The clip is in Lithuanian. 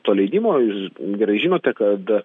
to leidimo jūs gerai žinote kada